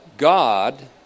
God